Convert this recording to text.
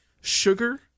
sugar